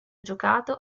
giocato